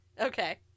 Okay